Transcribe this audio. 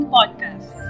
Podcast